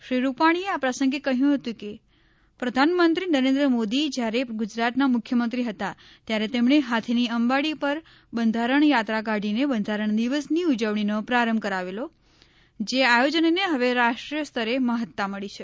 શ્રી રૂપાણીએ આ પ્રસંગે કહ્યું હતું કે પ્રધાનમંત્રી નરેન્દ્ર મોદી જ્યારે ગુજરાતના મુખ્યમંત્રી હતા ત્યારે તેમણે હાથીની અંબાડી પર બંધારણ યાત્રા કાઢીને બંધારણ દિવસની ઉજવણીનો પ્રારંભ કરવેલો જે આયોજનને હવે રાષ્ટ્રીય સ્તરે મહત્તા મળી છે